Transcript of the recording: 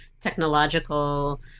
technological